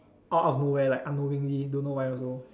out of nowhere like unknowingly don't know why also